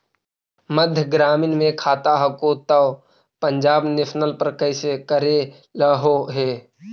मध्य ग्रामीण मे खाता हको तौ पंजाब नेशनल पर कैसे करैलहो हे?